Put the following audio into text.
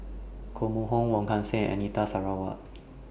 Koh Mun Hong Wong Kan Seng Anita Sarawak